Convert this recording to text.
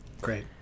great